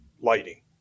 lighting